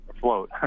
float